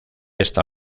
esta